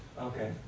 Okay